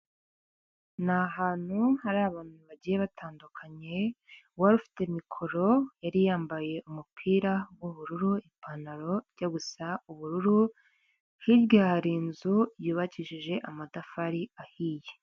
Ni ahantu hari abantu bagiye batandukanye, uwari ufite mikoro yari yambaye umupira w'ubururu, ipantaro ijya gusa ubururu, hirya hari inzu yubakishije amatafari ahiye.